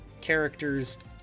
characters